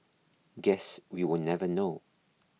guess we will never know